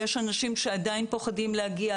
יש אנשים שעדיין פוחדים להגיע,